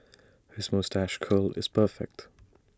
his moustache curl is perfect